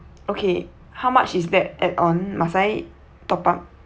okay how much is that add on must I top up